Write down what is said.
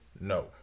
no